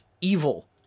evil